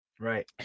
right